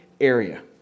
area